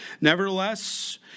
Nevertheless